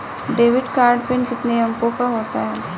Debit card PIN कितने अंकों का होता है?